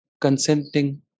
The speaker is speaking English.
consenting